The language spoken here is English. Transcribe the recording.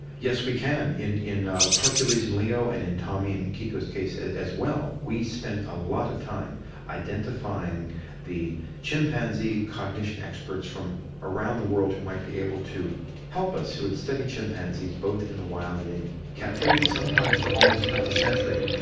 yes, we can. in in ah hercules and leo and in tommy and kiko's case as well, we spent a lot of time identifying the chimpanzee cognition experts from around the world who might be able to help us, who had studied chimpanzees both in the wild and in captivity, sometimes for almost half a century.